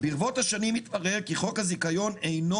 "ברבות השנים התברר כי חוק הזיכיון אינו